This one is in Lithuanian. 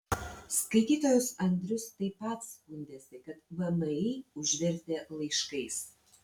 skaitytojas andrius taip pat skundėsi kad vmi užvertė laiškais